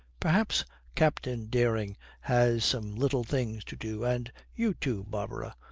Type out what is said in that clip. perhaps captain dering has some little things to do and you, too, barbara.